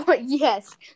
yes